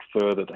further